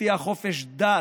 תבטיח חופש דת,